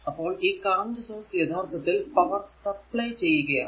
അപ്പോൾ ഈ current source യഥാർത്ഥത്തിൽ പവർ സപ്ലൈ ചെയ്യുകയാണ്